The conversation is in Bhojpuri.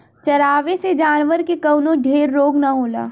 चरावे से जानवर के कवनो ढेर रोग ना होला